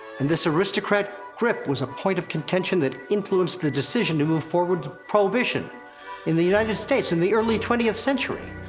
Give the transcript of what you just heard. and this aristocrat grip was a point of contention that influenced the decision to move foward prohibition in the united states in the early twentieth century!